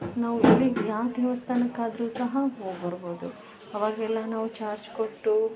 ನಾವು ಎಲ್ಲಿಗೆ ಯಾವ ದೇವಸ್ಥಾನಕ್ಕಾದರು ಸಹ ಹೋಗಿ ಬರ್ಬೋದು ಅವಾಗೆಲ್ಲ ನಾವು ಚಾರ್ಜ್ ಕೊಟ್ಟು